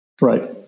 Right